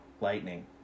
lightning